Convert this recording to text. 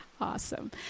Awesome